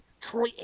Troy